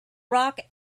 rock